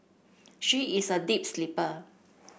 she is a deep sleeper